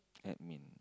admin